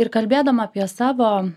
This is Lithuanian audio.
ir kalbėdama apie savo